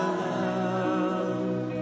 love